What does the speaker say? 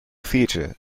theatre